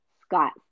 Scott